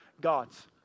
gods